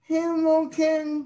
Hamilton